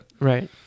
Right